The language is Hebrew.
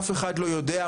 אף אחד לא יודע,